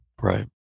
Right